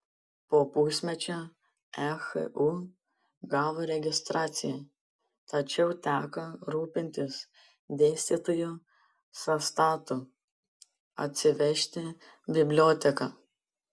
po pusmečio ehu gavo registraciją tačiau teko rūpintis dėstytojų sąstatu atsivežti biblioteką